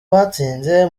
batsinze